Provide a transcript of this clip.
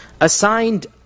assigned